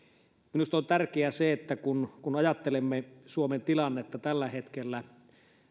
minusta on tärkeää että kun kun ajattelemme suomen tilannetta tällä hetkellä